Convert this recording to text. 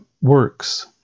works